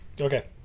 okay